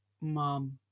mom